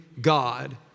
God